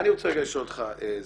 אני רוצה רגע לשאול אותך, זיו,